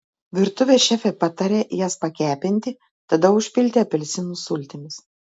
virtuvės šefė pataria jas pakepinti tada užpilti apelsinų sultimis